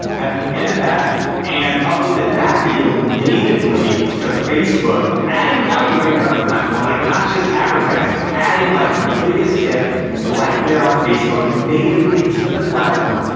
at the end of that and uploaded that video natively to facebook adding value right there on the platform. like not just advertising, adding like her biggest tip right there on facebook, natively to the platform,